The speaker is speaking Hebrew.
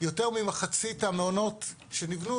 יותר ממחצית המעונות שנבנו,